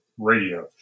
Radio